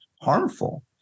harmful